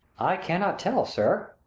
i cannot tell, sir.